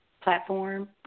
platform